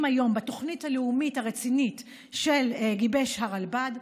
היום בתוכנית הלאומית הרצינית שגיבש הרלב"ד,